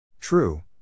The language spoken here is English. True